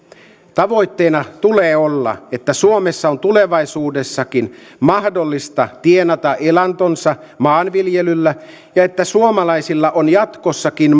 tavoitteena tulee olla että suomessa on tulevaisuudessakin mahdollista tienata elantonsa maanviljelyllä ja että suomalaisilla on jatkossakin